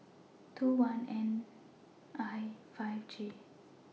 two one N I five J